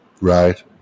right